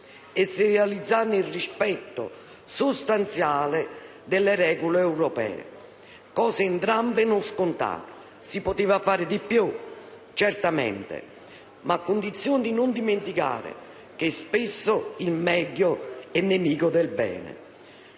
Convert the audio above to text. è realizzata nel rispetto sostanziale delle regole europee, cose, entrambe, non scontate. Si poteva fare di più? Certamente, ma a condizione di non dimenticare che spesso «il meglio è nemico del bene».